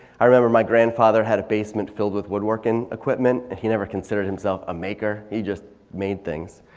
i remember my grandfather had a basement filled with woodworking equipment and he never considered himself a maker. he just made things.